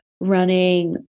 running